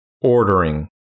ordering